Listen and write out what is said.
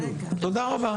תודה רבה.